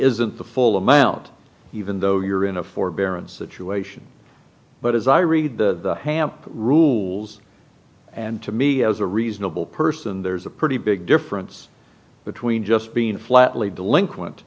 isn't the full amount even though you're in a forbearance situation but as i read the hamp rules and to me as a reasonable person there's a pretty big difference between just being flatly delinquent